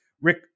Rick